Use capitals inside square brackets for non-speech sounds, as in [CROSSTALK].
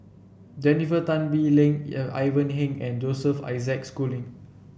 Jennifer Tan Bee Leng [UNINTELLIGIBLE] Ivan Heng and Joseph Isaac Schooling